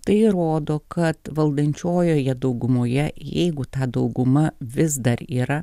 tai rodo kad valdančiojoje daugumoje jeigu ta dauguma vis dar yra